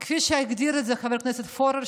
כפי שהגדיר את זה חבר הכנסת פורר,